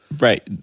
Right